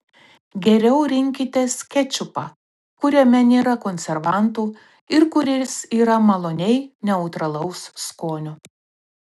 geriau rinkitės kečupą kuriame nėra konservantų ir kuris yra maloniai neutralaus skonio